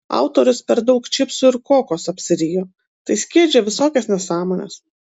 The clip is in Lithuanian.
autorius per daug čipsų ir kokos apsirijo tai skiedžia visokias nesąmones